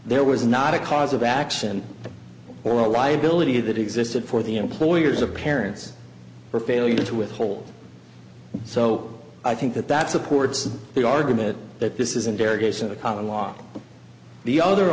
there was not a cause of action or a liability that existed for the employers of parents for failure to withhold so i think that that supports the argument that this is an derogation a common law the other